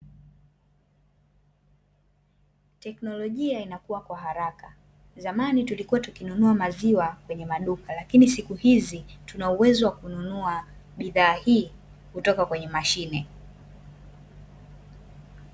Teknolojia inakuwa kwa haraka, zamani tulikuwa tukinunua maziwa kwenye maduka lakini siku hizi tunauwezo wa kununua bidhaa hii kutoka kwenye mashine.